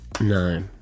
No